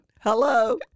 Hello